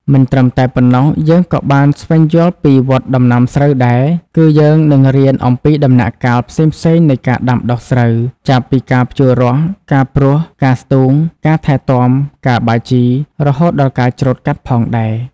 មិនត្រឹមតែប៉ុណ្ណោះយើងក៏បានស្វែងយល់ពីវដ្ដដំណាំស្រូវដែរ គឺយើងនឹងរៀនអំពីដំណាក់កាលផ្សេងៗនៃការដាំដុះស្រូវ ចាប់ពីការភ្ជួររាស់ ការព្រួស ការស្ទូង ការថែទាំ ការបាចជី រហូតដល់ការច្រូតកាត់ផងដែរ ។